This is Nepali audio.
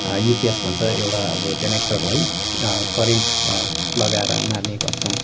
युपिएस भन्छ अब एउटा जेनेटर है करेन्ट लगाएर मार्ने गर्छौँँ